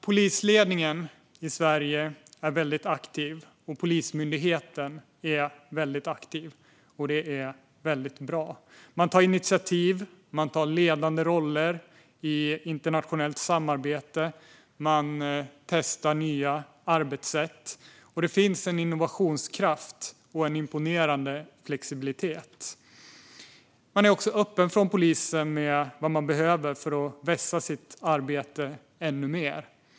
Polisledningen i Sverige och Polismyndigheten är väldigt aktiv. Det är väldigt bra. Man tar initiativ, man tar ledande roller i internationellt samarbete och man testar nya arbetssätt. Det finns en innovationskraft och en imponerande flexibilitet. Polisen är också öppen med vad man behöver för att vässa sitt arbete ännu mer.